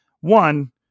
One